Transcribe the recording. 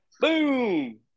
boom